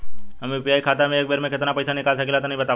हम यू.पी.आई खाता से एक बेर म केतना पइसा निकाल सकिला तनि बतावा?